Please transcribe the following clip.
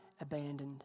abandoned